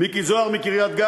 מיקי זוהר מקריית-גת,